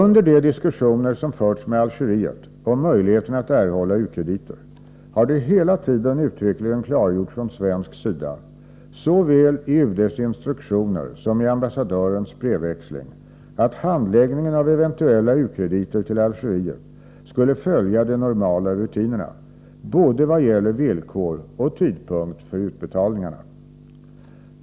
Under de diskussioner som förts med Algeriet om möjligheterna att erhålla u-krediter har det hela tiden uttryckligen klargjorts från svensk sida, såväl i UD:s instruktioner som i ambassadörens brevväxling, att handläggningen av eventuella u-krediter till Algeriet skulle följa de normala rutinerna, vad gäller både villkor och tidpunkt för utbetalningarna.